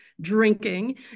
drinking